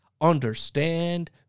understand